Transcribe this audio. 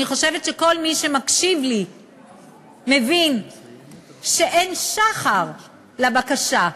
אני חושבת שכל מי שמקשיב לי מבין שאין שחר לבקשה,